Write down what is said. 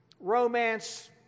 Romance